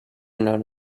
known